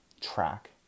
track